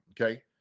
Okay